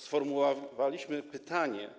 Sformułowaliśmy pytanie: